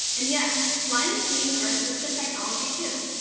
and yes, blindness canes are assistive technology, too.